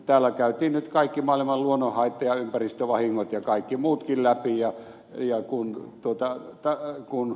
täällä käytiin nyt kaikki maailman luonnonhaitta ja ympäristövahingot ja kaikki muutkin läpi ja ja kun tuota tai kun